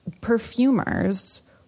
perfumers